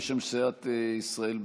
בשם סיעת ישראל ביתנו,